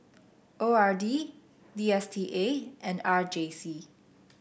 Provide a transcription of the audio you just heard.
O R D D S T A and R J C